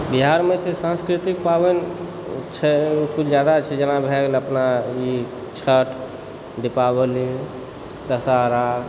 बिहारमे छै सांस्कृतिक पाबनि छै किछु जादा छै जेना भए गेल अपना ई छठि दीपावली दशहरा